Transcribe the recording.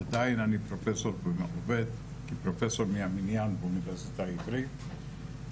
עדיין אני עובד כפרופסור מן המניין באוניברסיטה העברית.